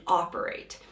operate